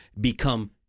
become